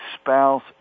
spouse